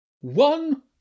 One